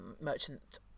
merchant